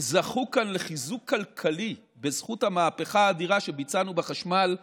זכו כאן לחיזוק כלכלי בזכות המהפכה האדירה שביצענו בחשמל מהשמש,